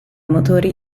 motori